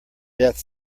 death